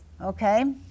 Okay